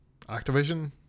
Activision